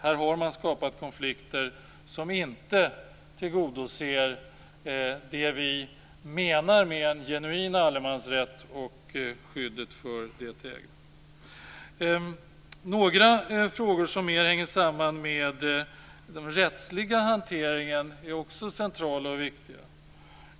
Här har man skapat konflikter som är sådana att det som vi menar med en genuin allemansrätt och skyddet för det ägda inte tillgodoses. Det finns några frågor som mera hänger samman med den rättsliga hanteringen och som också är centrala och viktiga.